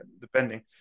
depending